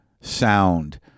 sound